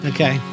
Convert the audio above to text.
Okay